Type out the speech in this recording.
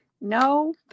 No